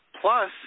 plus